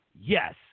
Yes